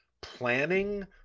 planning